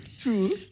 true